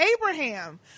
Abraham